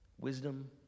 Wisdom